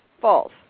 False